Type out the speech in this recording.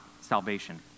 salvation